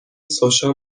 سوشا